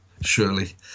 surely